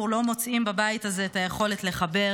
לא מוצאים בבית הזה את היכולת לחבר,